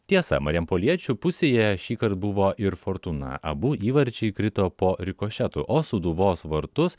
tiesa marijampoliečių pusėje šįkart buvo ir fortūna abu įvarčiai krito po rikošeto o sūduvos vartus